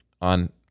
on